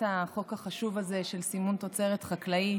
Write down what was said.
החוק החשוב הזה של סימון תוצרת חקלאית,